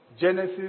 Genesis